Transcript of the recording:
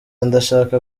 ndashaka